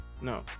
No